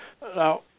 Now